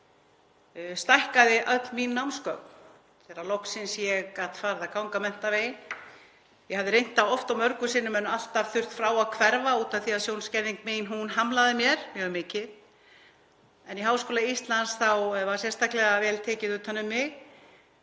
stækkaði öll mín námsgögn þegar ég gat loksins farið að ganga menntaveginn. Ég hafði reynt það oft og mörgum sinnum en alltaf þurft frá að hverfa út af því að sjónskerðing mín hamlaði mér mjög mikið. En í Háskóla Íslands var sérstaklega vel tekið utan um mig.